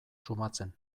sumatzen